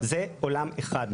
זה עולם אחד.